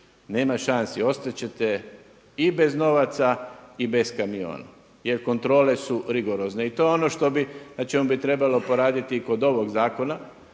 nema šansi. Ostat ćete i bez novaca i bez kamiona, jer kontrole su rigorozne. I to je ono što bi, na čemu bi trebalo poraditi i kod ovog zakona,